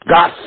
God